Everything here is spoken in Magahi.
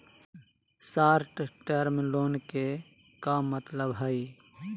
शार्ट टर्म लोन के का मतलब हई?